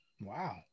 Wow